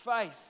faith